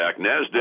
NASDAQ